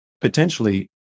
potentially